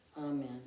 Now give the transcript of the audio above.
Amen